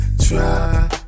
try